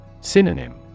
Synonym